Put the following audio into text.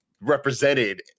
represented